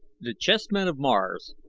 the chessmen of mars,